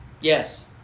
Yes